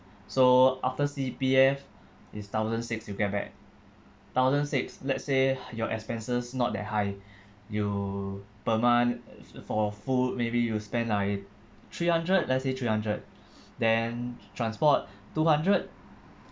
so after C_P_F it's thousand six you get back thousand six let's say your expenses not that high you per month uh for full maybe you spend like three hundred let's say three hundred then transport two hundred